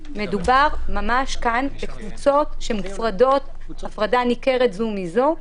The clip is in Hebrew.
מדובר כאן ממש בקבוצות שמופרדות הפרדה ניכרת זו מזו,